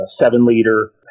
seven-liter